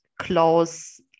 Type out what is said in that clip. close